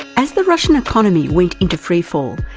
as the russian economy went into freefall,